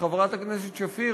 וחברת הכנסת שפיר,